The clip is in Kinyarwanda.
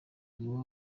niwe